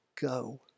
go